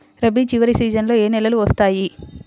రబీ చివరి సీజన్లో ఏ నెలలు వస్తాయి?